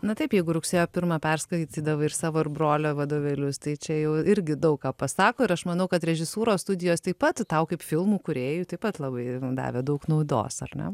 na taip jeigu rugsėjo pirmą perskaitydavai ir savo ir brolio vadovėlius tai čia jau irgi daug ką pasako ir aš manau kad režisūros studijos taip pat tau kaip filmų kūrėjui taip pat labai davė daug naudos ar ne